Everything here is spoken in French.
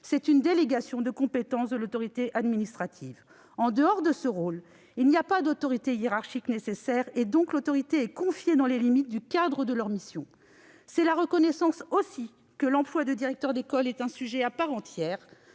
c'est une délégation de compétence de l'autorité administrative. En dehors de ce rôle, il n'y a pas d'autorité hiérarchique nécessaire : l'autorité est donc confiée dans les limites du cadre de leur mission. C'est la reconnaissance aussi que l'emploi de directeur d'école est un sujet à part entière